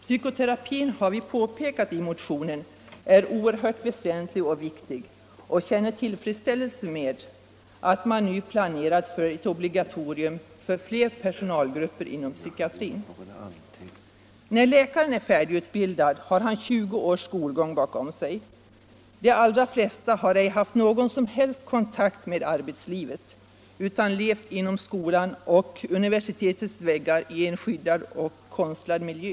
Psykoterapin, har vi påpekat i motionen, är oerhört väsentlig, och vi känner tillfredsställelse med att man nu planerar för ett obligatorium för fler personalgrupper inom psykiatrin. När läkarna är färdigutbildade har de 20 års skolgång bakom sig. De allra flesta har ej haft någon som helst kontakt med arbetslivet, utan de har levt inom skolans och universitetets väggar i en skyddad och konstlad miljö.